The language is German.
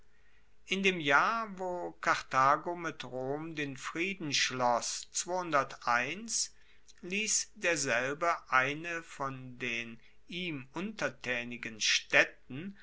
in dem jahr wo karthago mit rom den frieden schloss liess derselbe eine von den ihm untertaenigen staedten